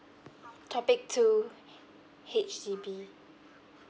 topic two H_D_B